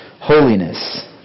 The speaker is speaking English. holiness